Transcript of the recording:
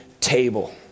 table